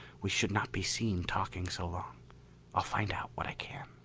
we should not be seen talking so long. i'll find out what i can.